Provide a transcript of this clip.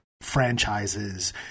franchises